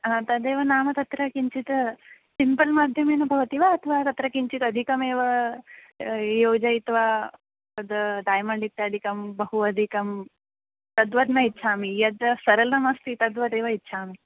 तदेव नाम तत्र किञ्चित् सिम्पल् माध्यमेन भवति वा अथवा तत्र किञ्चित् अधिकमेव योजयित्वा तद् डैमण्ड् इत्यादिकं बहु अधिकं तद्वत् न इच्छामि यद् सरलमस्ति तद्वदेव इच्छामि